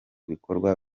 bikorwa